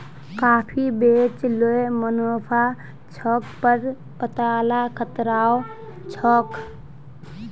काफी बेच ल मुनाफा छोक पर वतेला खतराओ छोक